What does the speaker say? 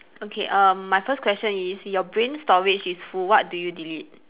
okay uh my first question is your brain storage is full what do you delete